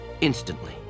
instantly